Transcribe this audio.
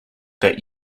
that